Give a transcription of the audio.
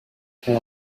can